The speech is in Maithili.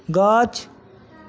गाछ